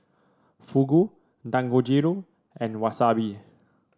Fugu Dangojiru and Wasabi